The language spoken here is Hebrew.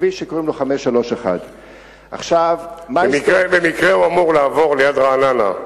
כביש שקוראים לו 531. במקרה הוא אמור לעבור ליד רעננה.